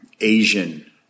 Asian